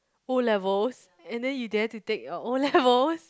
O-levels and then you dare to take your O-levels